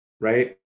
right